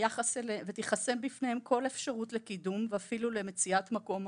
ותחסם בפניהן כל אפשרות לקידום ואפילו למציאת מקום עבודה.